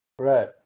Right